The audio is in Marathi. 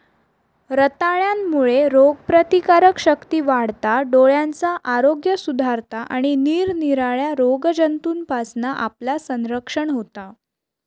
रताळ्यांमुळे रोगप्रतिकारशक्ती वाढता, डोळ्यांचा आरोग्य सुधारता आणि निरनिराळ्या रोगजंतूंपासना आपला संरक्षण होता